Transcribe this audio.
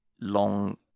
long